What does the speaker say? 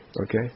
Okay